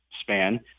span